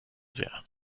sehr